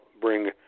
bring